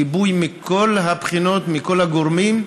גיבוי מכל הבחינות, מכל הגורמים,